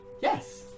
Yes